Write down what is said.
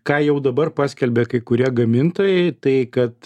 ką jau dabar paskelbė kai kurie gamintojai tai kad